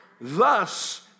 Thus